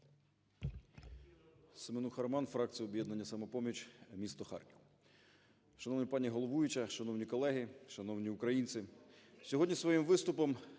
СеменухаРоман, фракція "Об'єднання "Самопоміч", місто Харків. Шановна пані головуюча, шановні колеги, шановні українці! Сьогодні своїм виступом